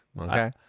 Okay